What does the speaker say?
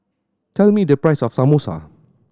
tell me the price of Samosa